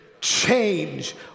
change